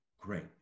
Great